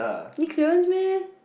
need clearance meh